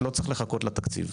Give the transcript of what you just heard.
לא צריך לחכות לתקציב.